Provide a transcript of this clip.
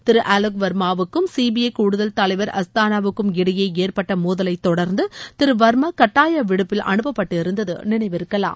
திரு ஆலோக் வர்மாவுக்கும் சிபிஐ கூடுதல் தலைவர் அஸ்தானாவுக்கும் இடையே ஏற்பட்ட மோதலை தொடர்ந்து திரு வர்மா கட்டாய விடுப்பில் அனுப்பப்பட்டிருந்தது நினைவிருக்கலாம்